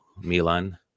Milan